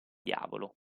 diavolo